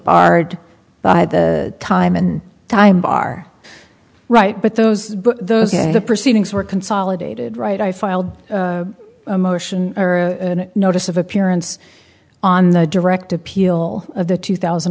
barred but the time and time are right but those those the proceedings were consolidated right i filed a motion or a notice of appearance on the direct appeal of the two thousand